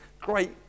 great